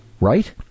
right